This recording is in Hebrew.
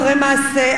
אחרי מעשה,